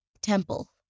temple